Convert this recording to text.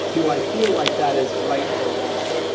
do i feel like that is right or wrong?